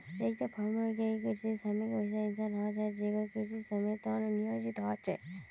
एकता farm worker या कृषि श्रमिक वैसा इंसान ह छेक जेको कृषित श्रमेर त न नियोजित ह छेक